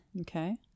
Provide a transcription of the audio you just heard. Okay